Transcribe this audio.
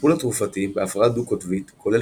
הטיפול התרופתי בהפרעה דו-קוטבית כולל